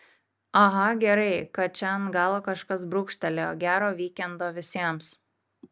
aha gerai kad čia ant galo kažkas brūkštelėjo gero vykendo visiems